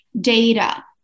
data